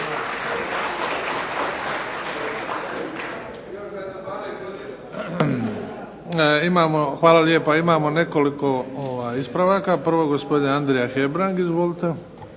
Hvala lijepa. Imamo nekoliko ispravaka. Prvo gospodin Andrija Hebrang. Izvolite.